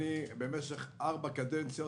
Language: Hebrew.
במשך ארבע קדנציות,